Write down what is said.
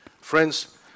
friends